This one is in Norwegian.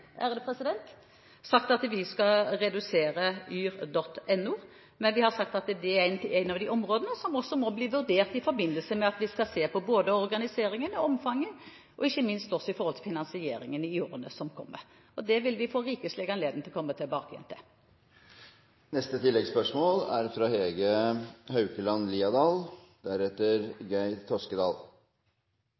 altså ikke sagt at vi skal redusere yr.no, men vi har sagt at det er et av de områdene som må bli vurdert i forbindelse med at vi skal se på organiseringen, omfanget og ikke minst finansieringen i årene som kommer. Det vil vi få rikelig anledning til å komme tilbake til. Hege Haukeland Liadal